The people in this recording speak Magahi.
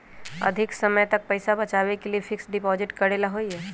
अधिक समय तक पईसा बचाव के लिए फिक्स डिपॉजिट करेला होयई?